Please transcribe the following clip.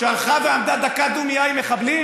שהלכה ועמדה דקה דומייה עם מחבלים,